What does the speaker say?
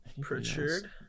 Pritchard